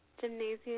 Gymnasium